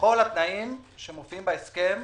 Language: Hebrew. בכל התנאים שמופיעים בהסכם,